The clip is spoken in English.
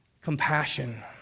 compassion